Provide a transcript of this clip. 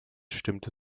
stimmte